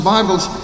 Bibles